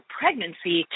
pregnancy